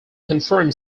confirm